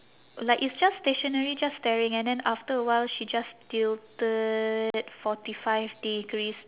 like it's just stationary just staring and then after a while she just tilted forty five degrees